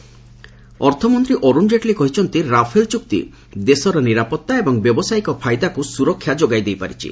Jaitley Rafale ଅର୍ଥମନ୍ତ୍ରୀ ଅରୁଣ ଜେଟଲୀ କହିଛନ୍ତି ରାଫେଲଚୁକ୍ତି ଦେଶର ନିରାପର୍ତ୍ତା ଏବଂ ବ୍ୟବସାୟିକ ଫାଇଦାକୁ ସୁରକ୍ଷା ଯୋଗାଦେଇପାରିଛି